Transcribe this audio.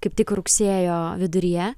kaip tik rugsėjo viduryje